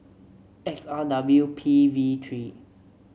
X R W P B three